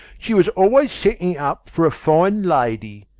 she was always setting up for a fine lady.